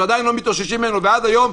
שאנחנו עדיין לא מתאוששים ממנו ועד היום,